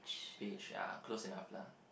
beige ah close enough lah